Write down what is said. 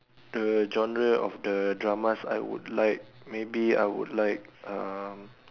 the genre of the dramas I would like maybe I would like um